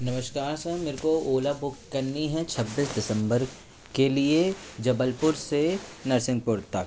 नमस्कार सर मेरे को ओला बुक करनी है छब्बीस दिसंबर के लिए जबलपुर से नरसिंगपुर तक